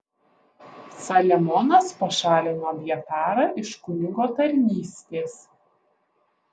saliamonas pašalino abjatarą iš kunigo tarnystės